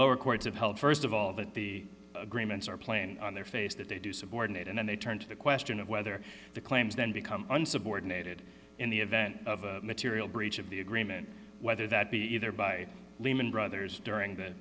have held st of all that the agreements are plain on their face that they do subordinate and then they turn to the question of whether the claims then become an subordinated in the event of a material breach of the agreement whether that be either by lehman brothers during the